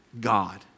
God